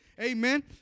Amen